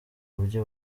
uburyo